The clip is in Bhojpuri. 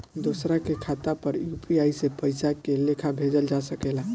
दोसरा के खाता पर में यू.पी.आई से पइसा के लेखाँ भेजल जा सके ला?